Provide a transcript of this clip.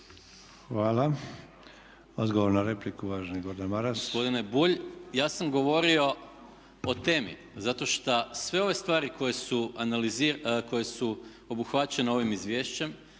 Hvala. Odgovor na repliku uvaženi Gordan Maras.